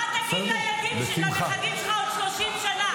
מה תגיד לנכדים שלך עוד 30 שנה?